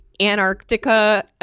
Antarctica